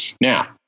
Now